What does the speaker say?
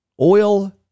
oil